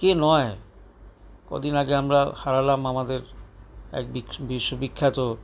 কে নয় কদিন আগে আমরা হারালাম আমাদের এক বিশ্ববিখ্যাত